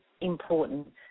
important